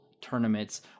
tournaments